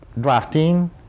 drafting